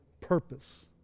purpose